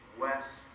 west